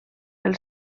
pel